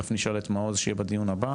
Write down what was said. תיכף נשאל את מעוז שיהיה בדיון הבא.